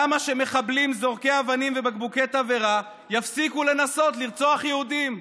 למה שמחבלים זורקי אבנים ובקבוקי תבערה יפסיקו לנסות לרצוח יהודים?